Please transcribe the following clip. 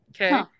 Okay